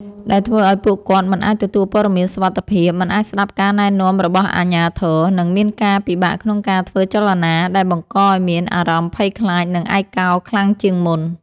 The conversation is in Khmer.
ដែលធ្វើឱ្យពួកគាត់មិនអាចទទួលព័ត៌មានសុវត្ថិភាព មិនអាចស្ដាប់ការណែនាំរបស់អាជ្ញាធរ និងមានការពិបាកក្នុងការធ្វើចលនា ដែលបង្កឱ្យមានអារម្មណ៍ភ័យខ្លាច និងឯកោខ្លាំងជាងមុន។